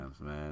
man